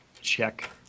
Check